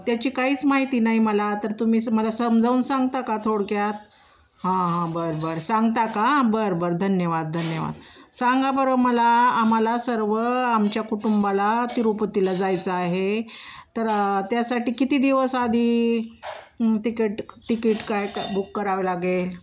त्याची काहीच माहिती नाही मला तर तुम्ही स मला समजवून सांगता का थोडक्यात हा हा बरं बरं सांगता का बरं बरं धन्यवाद धन्यवाद सांगा बरं मला आम्हाला सर्व आमच्या कुटुंबाला तिरुपतीला जायचं आहे तर त्यासाठी किती दिवस आधी तिकीट तिकीट काय क बुक करावं लागेल